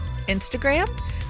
Instagram